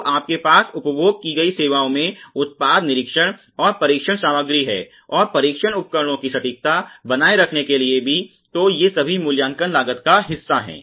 तो आपके पास उपभोग की गई सेवाओं में उत्पाद निरीक्षण और परीक्षण सामग्री है और परीक्षण उपकरणों की सटीकता बनाए रखने की भी तो ये सभी मूल्यांकन लागत का हिस्सा हैं